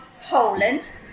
Poland